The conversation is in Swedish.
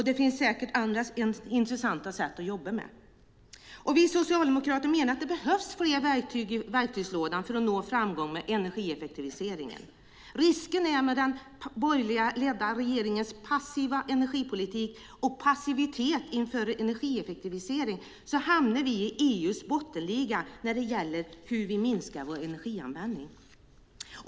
Det finns säkert också andra intressanta sätt när det gäller att jobba med detta. Vi socialdemokrater menar att det behövs fler verktyg i verktygslådan för att nå framgång med energieffektiviseringen. En risk med den borgerligt ledda regeringens passiva energipolitik och passivitet inför energieffektiviseringen är att vi hamnar i EU:s bottenliga när det gäller hur vi minskar vår energianvändning.